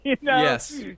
Yes